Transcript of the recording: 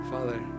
Father